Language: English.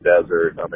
desert